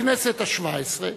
הכנסת השבע-עשרה,